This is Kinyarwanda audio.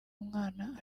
umwana